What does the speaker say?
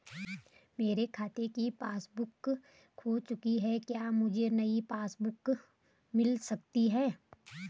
मेरे खाते की पासबुक बुक खो चुकी है क्या मुझे नयी पासबुक बुक मिल सकती है?